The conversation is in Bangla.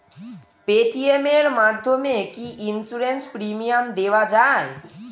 পেটিএম এর মাধ্যমে কি ইন্সুরেন্স প্রিমিয়াম দেওয়া যায়?